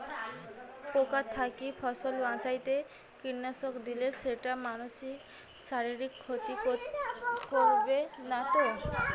পোকার থাকি ফসল বাঁচাইতে কীটনাশক দিলে সেইটা মানসির শারীরিক ক্ষতি করিবে না তো?